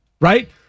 Right